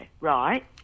right